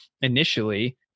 initially